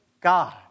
God